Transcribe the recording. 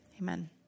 Amen